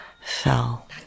Fell